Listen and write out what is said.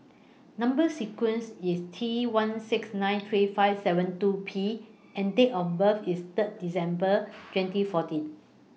Number sequence IS T one six nine three five seven two P and Date of birth IS Third December twenty fourteen